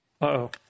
Uh-oh